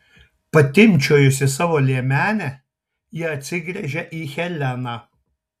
patimpčiojusi savo liemenę ji atsigręžia į heleną